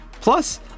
Plus